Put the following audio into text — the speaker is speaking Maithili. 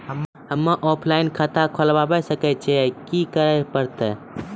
हम्मे ऑफलाइन खाता खोलबावे सकय छियै, की करे परतै?